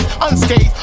unscathed